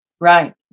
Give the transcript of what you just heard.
Right